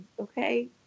okay